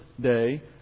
day